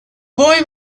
boy